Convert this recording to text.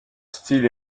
style